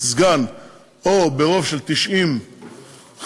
סגן או ברוב של 90 ח"כים,